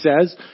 says